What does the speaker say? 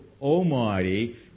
almighty